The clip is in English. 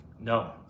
No